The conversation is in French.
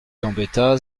gambetta